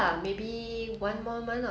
大减价